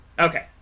Okay